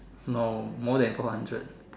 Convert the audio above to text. no more than four hundred